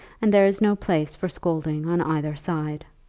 and there is no place for scolding on either side.